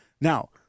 Now